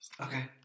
okay